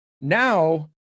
now